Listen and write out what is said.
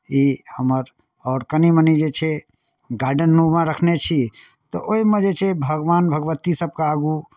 ई हमर आओर कनि मनि जे छै गार्डेननुमा रखने छी तऽ ओहिमे जे छै भगवान भगवतीसभके आगू